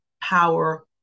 power